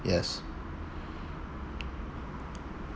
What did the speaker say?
yes